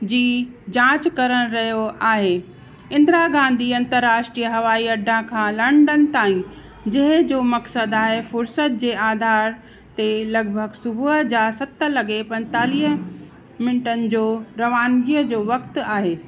जी जांचु करण रहियो आहे इन्दिरा गांधी अंतराष्ट्रीय हवाई अड्डा खां लंडन ताईं जंहिंजो मकसदु आहे फ़ुर्सत जे आधार ते लगभॻि सुबुह जा सत लॻे पंजतालीह मिन्टनि जो रवानगीअ जो वक्तु आहे